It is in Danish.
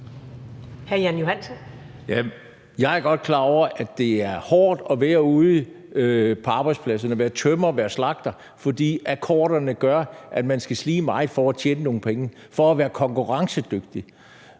Jeg er godt klar over, at det er hårdt at være ude på arbejdspladserne, at være tømrer eller at være slagter, fordi akkorderne gør, at man skal slide meget for at tjene nogle penge, for at være konkurrencedygtig.